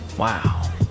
Wow